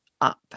up